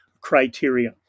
criteria